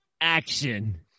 action